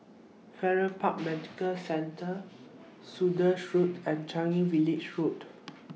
Farrer Park Medical Centre Saunders Road and Changi Village Road